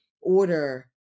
order